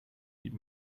niet